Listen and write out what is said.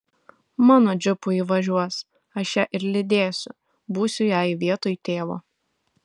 mano džipu ji važiuos aš ją ir lydėsiu būsiu jai vietoj tėvo